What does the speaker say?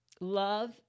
love